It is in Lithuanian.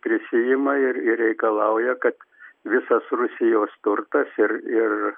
prisiima ir ir reikalauja kad visas rusijos turtas ir ir